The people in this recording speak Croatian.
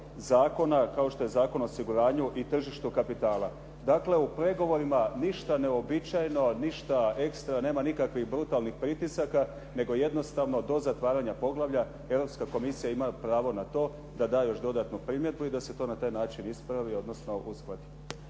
zakona kao što je Zakon o osiguranju i tržištu kapitala. Dakle, u pregovorima ništa neuobičajeno, ništa ekstra, nema nikakvih brutalnih pritisaka, nego jednostavno do zatvaranja poglavlja Europska komisija ima pravo na to da da još dodatnu primjedbu i da se to na taj način ispravi, odnosno uskladi.